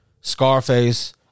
Scarface